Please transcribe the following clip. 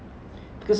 okay